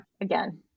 Again